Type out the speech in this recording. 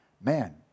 man